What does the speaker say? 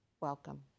Welcome